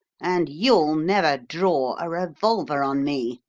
and you'll never draw a revolver on me,